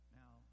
now